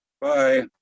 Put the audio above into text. Bye